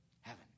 heaven